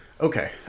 Okay